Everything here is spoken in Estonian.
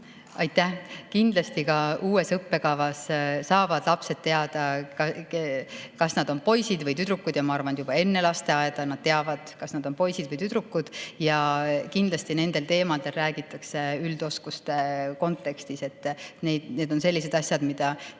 Aitäh! Kindlasti ka uue õppekava kohaselt [võivad] lapsed teada, kas nad on poisid või tüdrukud, aga ma arvan, et juba enne lasteaeda nad teavad, kas nad on poisid või tüdrukud. Ja kindlasti nendel teemadel räägitakse üldoskuste kontekstis. Need on sellised asjad, mida